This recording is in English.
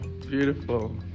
Beautiful